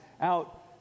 out